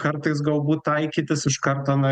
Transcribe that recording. kartais galbūt taikytis iš karto na